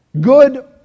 good